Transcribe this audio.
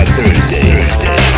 Thursday